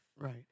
Right